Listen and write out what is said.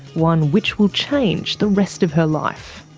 one which will change the rest of her life.